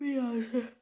फिर अस